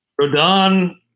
Rodon